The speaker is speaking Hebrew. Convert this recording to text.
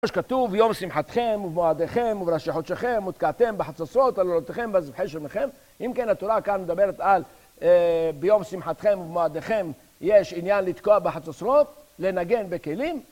כמו שכתוב, ביום שמחתיכם, ובמועדיכם, ובראשי חודשיכם, ותקעתם בחצוצרות על עולותיכם ועל זבחי שלמיכם, אם כן התורה כאן מדברת על ביום שמחתיכם ובמועדיכם יש עניין לתקוע בחצוצרות, לנגן בכלים